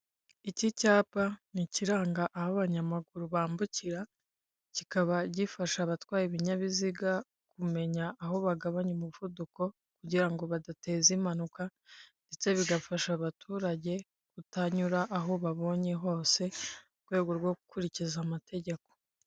Iki cyapa ni ikiranga aho abanyamaguru bambukira, kikaba gifasha abatwaye ibinyabiziga kumenya aho bagabanya umuvuduko kugira ngo badateza impanuka ndetse bigafasha abaturage kutanyura aho babonye hose mu rwego rwo gukurikiza amategeko.